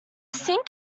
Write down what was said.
sink